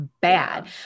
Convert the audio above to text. bad